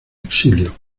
exilio